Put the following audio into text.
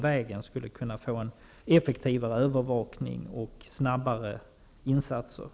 IAEA skulle kanske kunna ingripa och stoppa farliga anläggningar.